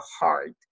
heart